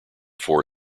four